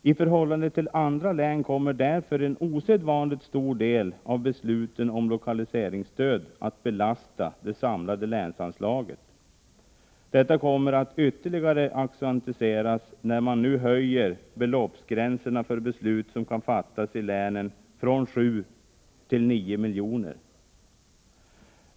I förhållande till andra län kommer därför en osedvanligt stor del av besluten om lokaliseringsstöd att belasta det samlade länsanslaget. Detta kommer att ytterligare accentueras när man nu höjer beloppsgränserna för beslut som kan fattas i länen från 7 till 9 miljoner.